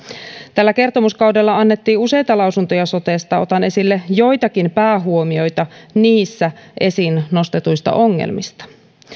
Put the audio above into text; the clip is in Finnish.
tällä kertomuskaudella annettiin useita lausuntoja sotesta otan esille joitakin päähuomioita niissä esiin nostetuista ongelmista